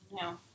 No